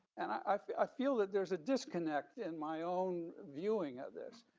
and i feel i feel that there's a disconnect in my own viewing of this.